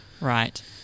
Right